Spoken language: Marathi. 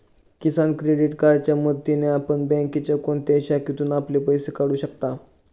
किसान क्रेडिट कार्डच्या मदतीने आपण बँकेच्या कोणत्याही शाखेतून आपले पैसे काढू शकता